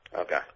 Okay